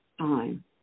time